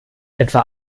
etwa